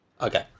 Okay